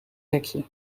rekje